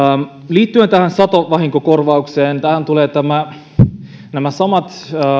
liittyen tähän satovahinkokorvaukseen tähän tulevat nämä samat